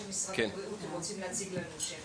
כפי שמשרד הבריאות פועל בנושא והם רוצים להציג לנו.